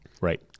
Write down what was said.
Right